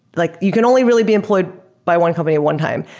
like you can only really be employed by one company one time.